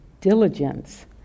diligence